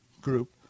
group